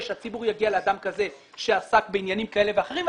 שהציבור יגיע לאדם כזה שעסק בעניינים כאלה ואחרים.